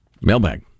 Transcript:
mailbag